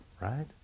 right